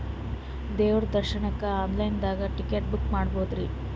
ದೇವ್ರ ದರ್ಶನಕ್ಕ online ದಾಗ ಟಿಕೆಟ ಬುಕ್ಕ ಮಾಡ್ಬೊದ್ರಿ?